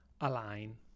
align